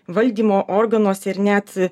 valdymo organuose ir net